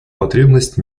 потребность